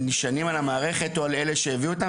הם נשענים על המערכת או על אלה שהביאו אותם